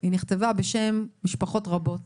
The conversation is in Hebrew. היא נכתבה בשם משפחות רבות